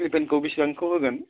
सिलिं फेनखौ बेसेबांखौ होगोन